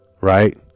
right